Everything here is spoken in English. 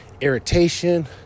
irritation